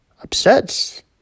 upsets